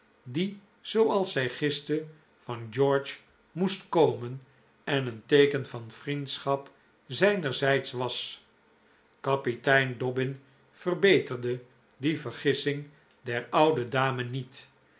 die zooals zij giste van george moest komen en een teeken van vriendschap zijnerzijds was kapitein dobbin verbeterde die vergissing der oude dame niet